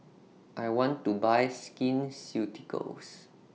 I want to Buy Skin Ceuticals